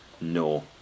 no